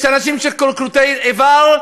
יש אנשים כרותי איבר,